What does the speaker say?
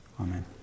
Amen